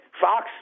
Fox